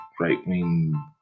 right-wing